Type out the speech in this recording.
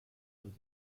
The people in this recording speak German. und